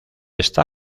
está